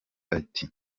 ati